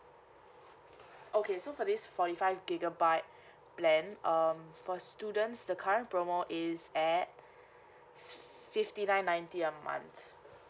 okay so for this forty five gigabyte plan um for students the current promo is at fifty nine ninety a month